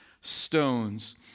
stones